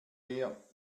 wir